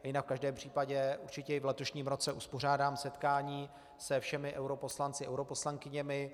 A jinak v každém případě určitě i v letošním roce uspořádám setkání se všemi europoslanci, europoslankyněmi.